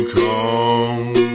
come